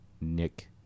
Nick